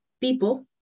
people